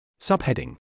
Subheading